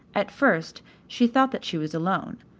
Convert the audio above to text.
at first she thought that she was alone,